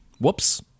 Whoops